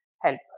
help